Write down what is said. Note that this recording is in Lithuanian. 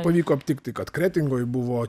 pavyko aptikti kad kretingoj buvo